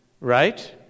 right